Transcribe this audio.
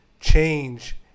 change